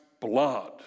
blood